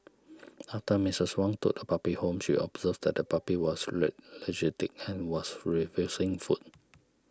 after Missus Wong took the puppy home she observed that the puppy was lethargic and was refusing food